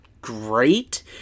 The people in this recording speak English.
great